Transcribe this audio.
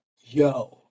Yo